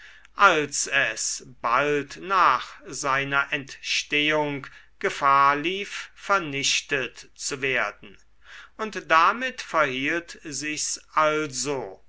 als es bald nach seiner entstehung gefahr lief vernichtet zu werden und damit verhielt sich's also